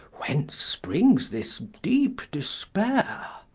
whence springs this deepe despaire?